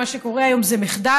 מה שקורה היום זה מחדל.